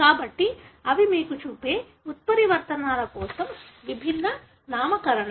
కాబట్టి ఇవి మీరు చూసే ఉత్పరివర్తనాల కోసం విభిన్న నామకరణాలు